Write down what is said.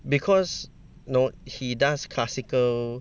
because no he does classical